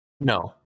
No